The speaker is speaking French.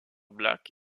black